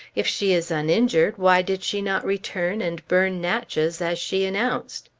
if she is uninjured, why did she not return and burn natchez as she announced?